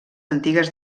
antigues